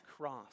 cross